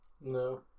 No